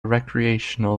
recreational